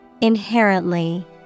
Inherently